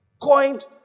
coined